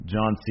John